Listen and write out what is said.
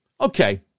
Okay